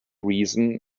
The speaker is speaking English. reason